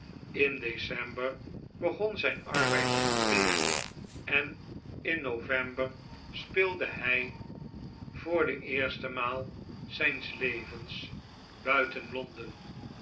in december begon zijn arbeid echter weer en in november speelde hij voor de eerste maal zh'ns levens buiten